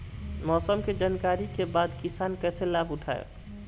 मौसम के जानकरी के बाद किसान कैसे लाभ उठाएं?